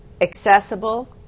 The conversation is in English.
accessible